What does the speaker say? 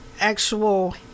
actual